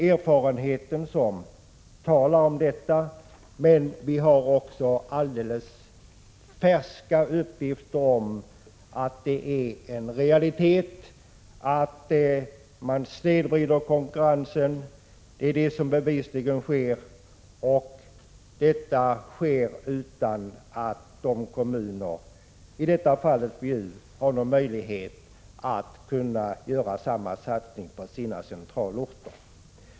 Erfarenheten talar för detta, men vi har också alldeles färska uppgifter om att det är en realitet att konkurrensen snedvrids på detta sätt. Det är detta som bevisligen sker, och det sker utan att de andra kommunerna —-i detta fall gäller det Bjuv — har någon möjlighet göra samma satsning på sina centralorter.